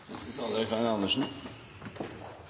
Neste taler er